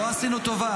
לא עשיתם טובה